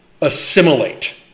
assimilate